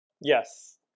yes